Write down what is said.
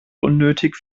unnötig